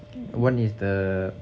one is the